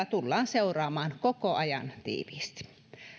tullaan seuraamaan koko ajan tiiviisti